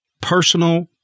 Personal